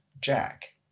Jack